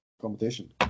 competition